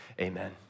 amen